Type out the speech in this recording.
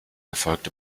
erfolgt